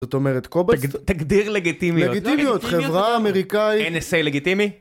זאת אומרת קובץ? תגדיר לגיטימיות. לגיטימיות, חברה אמריקאית... NSA לגיטימי?